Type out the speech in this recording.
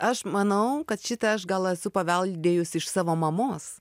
aš manau kad šitą aš gal esu paveldėjusi iš savo mamos